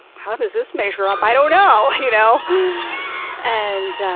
how does this measure up? i don't know. you know and